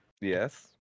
Yes